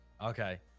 Okay